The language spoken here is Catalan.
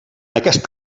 aquest